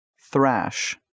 thrash